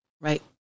right